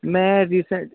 ਮੈਂ ਰੀਸੈਂਟ